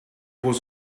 was